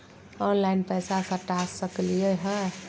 Online पैसा सटा सकलिय है?